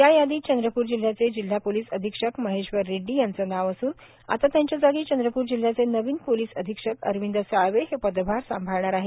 या यादीत चंद्रपूर जिल्ह्याचे जिल्हा पोलीस अधीक्षक महेश्वर रेड्डी यांचे नाव असून आता त्यांच्या जागी चंद्रपूर जिल्ह्याचे नवीन पोलीस अधीक्षक अरविंद साळवे हे पदभार सांभाळणार आहेत